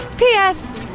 p s.